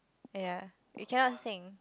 ya you cannot sing